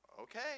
Okay